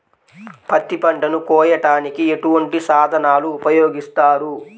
పత్తి పంటను కోయటానికి ఎటువంటి సాధనలు ఉపయోగిస్తారు?